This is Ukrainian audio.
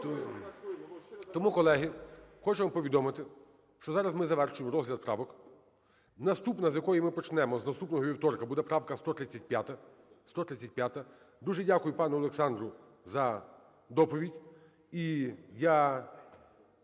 Тому, колеги, хочу вам повідомити, що зараз ми завершимо розгляд правок. Наступна, з якої ми почнемо, з наступного вівторка, буде правка 135, 135-а. Дуже дякую пану Олександру за доповідь.